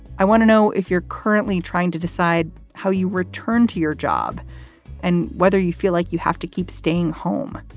i want to know if you're currently trying to decide how you return to your job and whether you feel like you have to keep staying home.